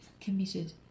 committed